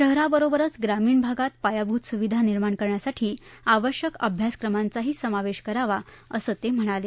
शहराबरोबरच ग्रामीण भागात पायाभूत सुविधा निर्माण करण्यासाठी आवश्यक अभ्यासक्रमांचाही समावेश करावा असं ते म्हणाले